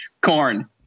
Corn